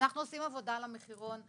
אנחנו עושים עבודה על המחירון.